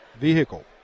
vehicle